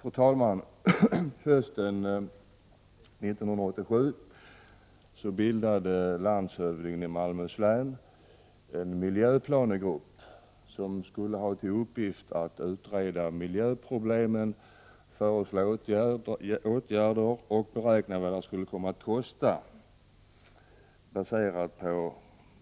Fru talman! Hösten 1987 bildade landshövdingen i Malmöhus län en miljöplanegrupp, som fick till uppgift att utreda miljöproblemen och föreslå åtgärder samt beräkna vad dessa skulle komma att kosta. Detta skedde mot bakgrund av